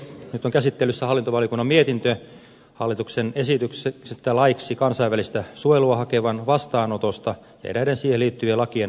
nyt on käsittelyssä hallintovaliokunnan mietintö hallituksen esityksestä laeiksi kansainvälistä suojelua hakevan vastaanotosta ja eräiden siihen liittyvien lakien muuttamisesta